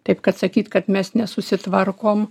taip kad sakyt kad mes nesusitvarkom